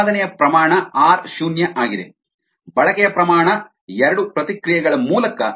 ಉತ್ಪಾದನೆಯ ಪ್ರಮಾಣ ಆರ್ ಶೂನ್ಯ ಆಗಿದೆ ಬಳಕೆಯ ಪ್ರಮಾಣ ಎರಡು ಪ್ರತಿಕ್ರಿಯೆಗಳ ಮೂಲಕ